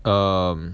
um